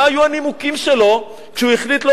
מה היו הנימוקים שלו כשהוא החליט לא